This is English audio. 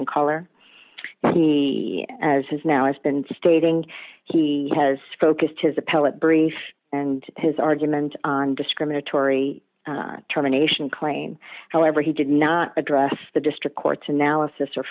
and color he as has now has been stating he has focused his appellate brief and his argument on discriminatory terminations claim however he did not address the district court's analysis